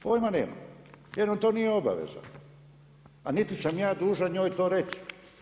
Pojma nema, jer nam to nije obaveza, a niti sam ja dužan njoj to reći.